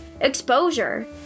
exposure